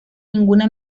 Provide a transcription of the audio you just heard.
ninguna